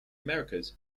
americas